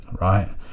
Right